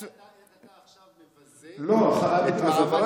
תראה איך אתה עכשיו מבזה את מעמד הרב הראשי לישראל.